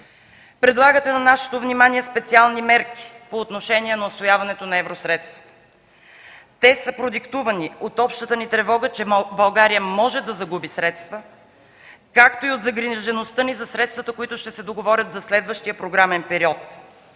Предлагате на нашето внимание специални мерки по отношение на усвояването на евросредства. Те са продиктувани от общата ни тревога, че България може да загуби средства, както и от загрижеността ни за средствата, които ще се договорят за следващия програмен период.